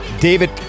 David